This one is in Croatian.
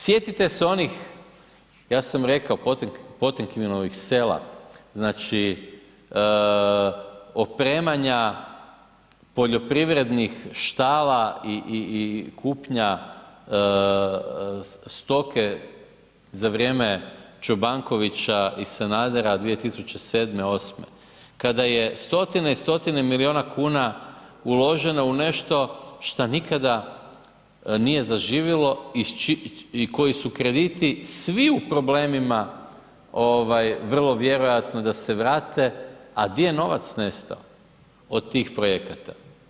Sjetite se onih, ja sam rekao … [[Govornik se ne razumije]] sela, znači opremanja poljoprivrednih štala i kupnja stoke za vrijeme Čobankovića i Sanadera 2007.-2008. kada je stotine i stotine milijuna kuna uloženo u nešto šta nikada nije zaživilo i koji su krediti svi u problemima vrlo vjerojatno da se vrate, a di je novac nestao od tih projekata?